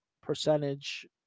percentage